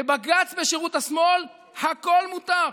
לבג"ץ בשירות השמאל הכול מותר.